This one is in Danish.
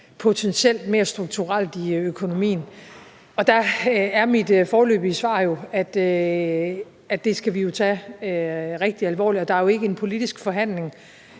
sætte sig mere strukturelt i økonomien? Der er mit foreløbige svar, at det skal vi tage rigtig alvorligt, og det er jo i virkeligheden ikke en politisk forhandling,